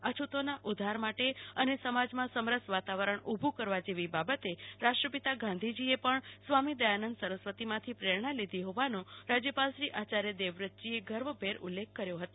અછૂતોના ઉદ્વાર માટે અને સમાજમાં સમરસ વાતાવરણ ઉભુ કરવા જેવી બાબતે રાષ્ટ્રપિતા ગાંધીજીએ પણ સ્વામી દયાનંદ સરસ્વતીમાંથી પ્રેરણા લીધી હોવાનો રાજ્યપાલશ્રી આચાર્ય દેવવ્રતજીએ ગર્વ ભેર ઉલ્લેખ કર્યો હતો